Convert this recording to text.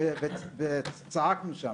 וצעקנו שם.